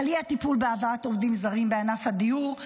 על אי-הטיפול בהבאת עובדים זרים בענף הדיור,